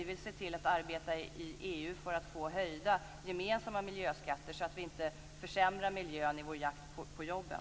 Vi vill arbeta i EU för att få höjda gemensamma miljöskatter, så att vi inte försämrar miljön i vår jakt på jobben.